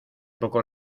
poco